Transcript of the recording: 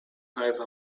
have